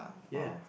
ya